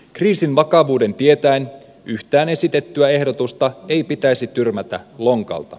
kriisin vakavuuden tietäen yhtään esitettyä ehdotusta ei pitäisi tyrmätä lonkalta